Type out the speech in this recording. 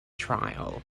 trial